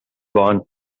born